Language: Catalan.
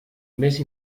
més